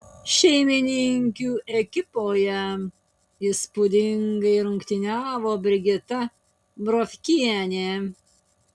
šeimininkių ekipoje įspūdingai rungtyniavo brigita brovkienė